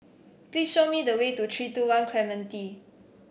please show me the way to Three two One Clementi